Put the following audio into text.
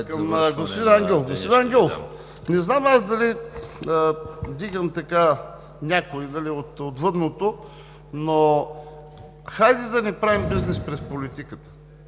Господин Ангелов, не знам дали вдигам някого от отвъдното, но хайде да не правим бизнес през политиката.